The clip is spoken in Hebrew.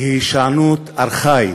היא הישענות ארכאית.